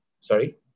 sorry